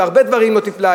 בהרבה דברים לא טיפלה,